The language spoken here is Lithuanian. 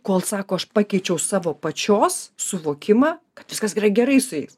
kol sako aš pakeičiau savo pačios suvokimą kad viskas yra gerai su jais